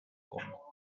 congo